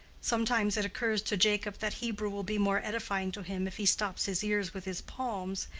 sometimes it occurs to jacob that hebrew will be more edifying to him if he stops his ears with his palms,